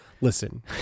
listen